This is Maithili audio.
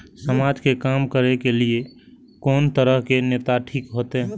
समाज के काम करें के ली ये कोन तरह के नेता ठीक होते?